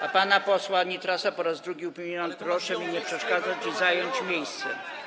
A pana posła Nitrasa po raz drugi upominam: proszę mi nie przeszkadzać i zająć miejsce.